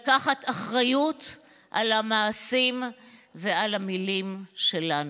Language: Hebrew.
לקחת אחריות על המעשים ועל המילים שלנו.